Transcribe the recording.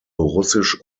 russisch